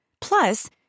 Plus